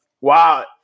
Wow